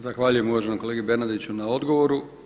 Zahvaljujem uvaženom kolegi Bernardiću na odgovoru.